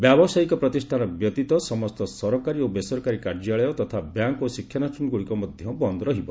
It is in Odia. ବ୍ୟାବସାୟିକ ପ୍ରତିଷ୍ଠାନ ବ୍ୟତୀତ ସମସ୍ତ ସରକାରୀ ଓ ବେସରକାରୀ କାର୍ଯ୍ୟାଳୟ ତଥା ବ୍ୟାଙ୍କ୍ ଓ ଶିକ୍ଷାନୁଷ୍ଠାନଗୁଡ଼ିକ ମଧ୍ୟ ବନ୍ଦ୍ ରହିବ